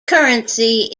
currency